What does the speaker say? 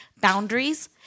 boundaries